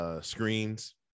screens